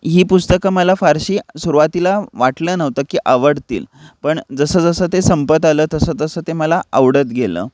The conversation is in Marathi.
ही पुस्तकं मला फारशी सुरुवातीला वाटलं नव्हतं की आवडतील पण जसंजसं ते संपत आलं तसंतसं ते मला आवडत गेलं